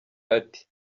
ati